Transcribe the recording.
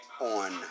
on